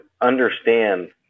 understand